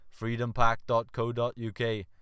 freedompack.co.uk